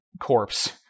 corpse